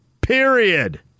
Period